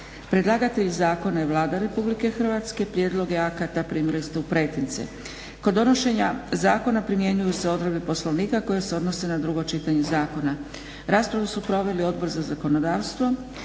Predlagatelj zakona je Vlada Republike Hrvatske. Prijedloge akata primili ste u pretince. Kod donošenja zakona primjenjuju se odredbe Poslovnika koje se odnose na drugo čitanje zakona. Raspravu su proveli Odbor za zakonodavstvo,